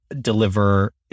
deliver